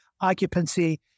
occupancy